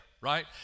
right